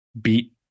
beat